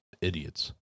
idiots